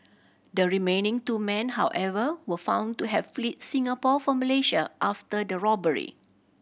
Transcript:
the remaining two men however were found to have fled Singapore for Malaysia after the robbery